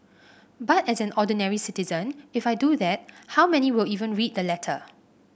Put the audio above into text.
but as an ordinary citizen if I do that how many will even read the letter